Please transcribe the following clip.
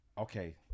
okay